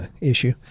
Issue